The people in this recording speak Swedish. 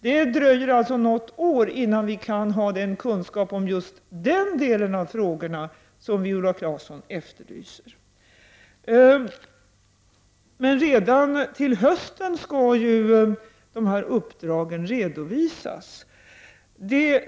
Det dröjer alltså något år innan vi kan ha denna kunskap om JAS om just denna del av frågorna som Viola Claesson efterlyste. Men redan till hösten skall ju dessa uppdrag redovisas.